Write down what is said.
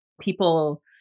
People